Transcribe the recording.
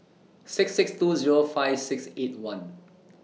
six six two Zero five six eight one